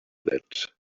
that